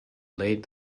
laid